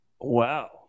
Wow